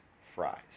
fries